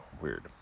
Weird